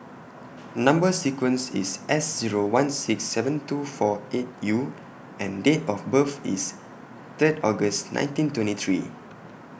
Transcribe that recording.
Number sequence IS S Zero one six seven two four eight U and Date of birth IS Third August nineteen twenty three